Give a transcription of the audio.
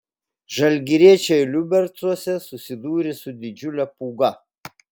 žalgiriečiai liubercuose susidūrė su didžiule pūga